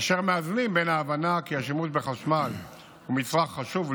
אשר מאזנים בין ההבנה כי השימוש בחשמל הוא מצרך חשוב,